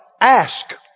Ask